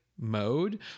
Mode